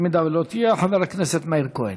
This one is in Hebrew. אם לא תהיה, חבר הכנסת מאיר כהן.